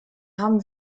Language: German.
haben